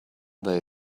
they